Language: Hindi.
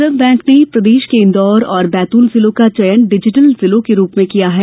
रिजर्व बैंक ने प्रदेश के इंदौर और बैतूल जिलों का चयन डिजीटल जिलों के रूप में किया है